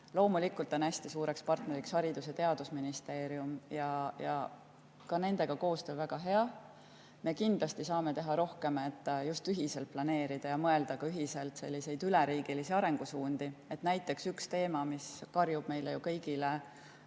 koos. Loomulikult on hästi suur partner Haridus- ja Teadusministeerium ja ka nendega koostöö on väga hea. Me kindlasti saame teha rohkem, just ühiselt planeerida ja mõelda ühiselt selliseid üleriigilisi arengusuundi. Näiteks üks teema, mis lausa karjub meile kõigile,